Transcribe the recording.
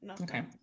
Okay